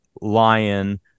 lion